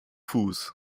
fuß